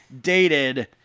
dated